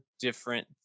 different